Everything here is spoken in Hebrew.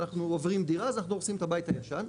אנחנו עוברים דירה אז אנחנו הורסים את הבית הישן,